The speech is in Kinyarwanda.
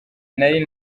nari